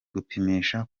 gupimisha